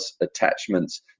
attachments